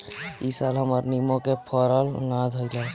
इ साल हमर निमो के फर ना धइलस